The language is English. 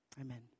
Amen